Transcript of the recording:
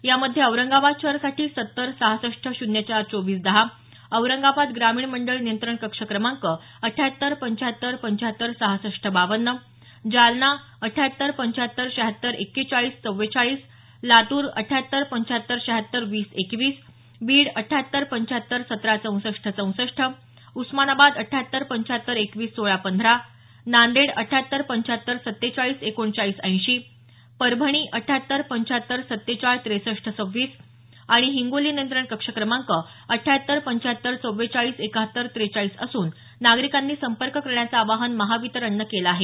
यामध्ये औरंगाबाद शहर साठी सत्तर सहासष्ठ शून्य चार चोवीस दहा औरंगाबाद ग्रामीण मंडळ नियंत्रण कक्ष क्रमांक अठॅहॅत्तर पंचॅहत्तर पंचॅहत्तर सहासष्ठ बावन्न जालना अठॅहत्तर पंचॅहत्तर शहॅत्तर एक्केचाळीस चव्वेचाळीस लातूर अठॅहत्तर पंचॅहत्तर शहॅतर वीस एकविस बीड अठॅहत्तर पंचॅहत्तर सतरा चौंसष्ठ चौंसष्ठ उस्मानाबाद अठॅहत्तर पंचॅहत्तर एकवीस सोळा पंधरा नांदेड अठॅहत्तर पंचॅहत्तर सत्तेचाळ एकोणचाळीस ऐंशी परभणी अठॅहत्तर पंचॅहत्तर सत्तेचाळ त्रेसष्ठ सव्वीस आणि हिंगोली नियंत्रण कक्ष क्रमांक अठॅहत्तर पंचॅहत्तर चव्वेचाळीस एकाहत्तर त्रेचाळीस असून नागरिकांनी संपर्क करण्याचं आवाहन महावितरणन केलं आहे